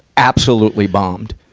absolutely bombed.